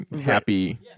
happy